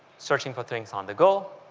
search ing for things on the go,